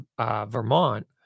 Vermont